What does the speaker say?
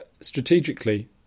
strategically